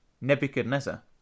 Nebuchadnezzar